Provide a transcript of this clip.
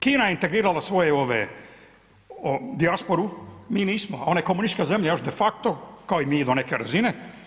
Kina je integrirala svoju dijasporu, mi nismo, a ona je komunistička zemlja još de facto, kao i mi do neke razine.